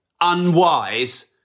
unwise